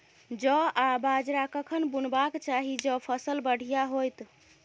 जौ आ बाजरा कखन बुनबाक चाहि जँ फसल बढ़िया होइत?